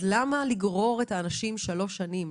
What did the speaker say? אז למה לגרור את האנשים שלוש שנים?